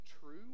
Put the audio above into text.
true